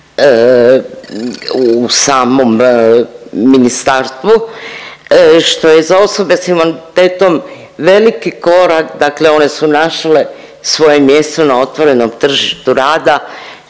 u samom ministarstvu što je za osobe s invaliditetom veliki korak, dakle one su našle svoje mjesto na otvorenom tržištu rada